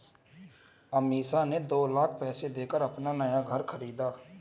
अमीषा ने दो लाख पैसे देकर अपना नया घर खरीदा